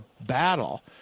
battle